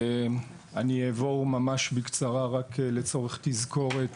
אני אעבור ממש בקצרה, רק לצורך תזכורת,